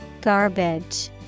Garbage